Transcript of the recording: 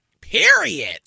Period